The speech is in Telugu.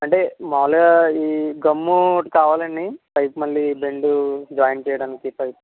అంటే మామూలుగా ఈ గమ్ము కావాలి అని పైప్ మళ్ళీ బెండు జాయింట్ చేయడానికి పైప్